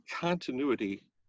continuity